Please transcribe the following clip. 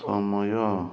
ସମୟ